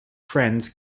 friends